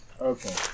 Okay